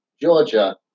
Georgia